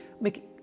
make